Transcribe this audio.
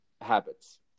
habits